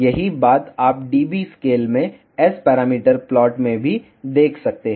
यही बात आप dB स्केल में S पैरामीटर प्लॉट में भी देख सकते हैं